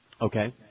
Okay